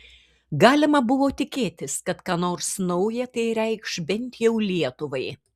galima buvo tikėtis kad ką nors nauja tai reikš bent jau lietuvai